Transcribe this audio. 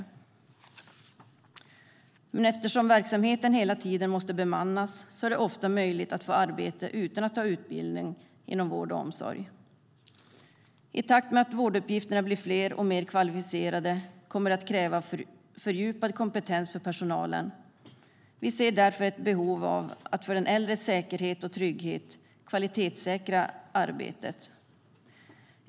Men eftersom verksamheten hela tiden måste bemannas är det ofta möjligt att få arbete utan att ha utbildning inom vård och omsorg.I takt med att vårduppgifterna blir fler och mer kvalificerade kommer de att kräva fördjupad kompetens för personalen. Vi ser därför ett behov av att för den äldres säkerhet och trygghet kvalitetssäkra arbetet.